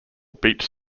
beech